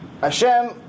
Hashem